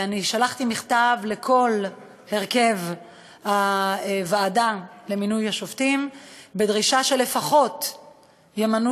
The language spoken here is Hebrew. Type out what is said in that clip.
שלחתי מכתב לכל הרכב הוועדה למינוי השופטים בדרישה שלפחות ימנו